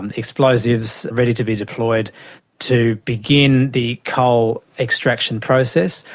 and explosives ready to be deployed to begin the coal extraction process,